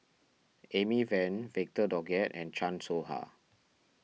Amy Van Victor Doggett and Chan Soh Ha